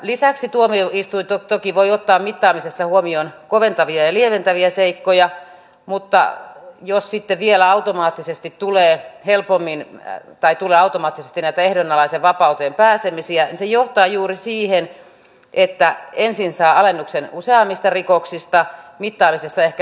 lisäksi tuomioistuin toki voi ottaa mittaamisessa huomioon koventavia ja lieventäviä seikkoja mutta jos sitten vielä tulee helpommin tai automaattisesti näitä ehdonalaiseen vapauteen pääsemisiä niin se johtaa juuri siihen että ensin saa alennuksen useammista rikoksista mittaamisessa ehkä lievennysperusteita